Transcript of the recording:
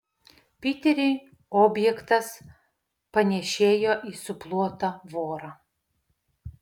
piteriui objektas panėšėjo į suplotą vorą